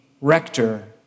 rector